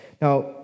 Now